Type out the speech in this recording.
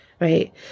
right